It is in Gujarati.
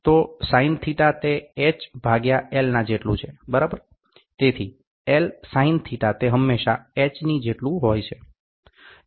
તો sinθ તે h ભાગ્યા L ના જેટલું છે બરાબર તેથી Lsinθ તે હંમેશા h ની જેટલું હોય છે